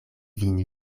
vin